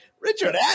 Richard